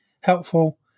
helpful